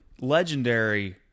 legendary